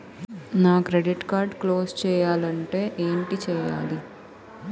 నా credit card close చేయాలంటే ఏంటి చేయాలి?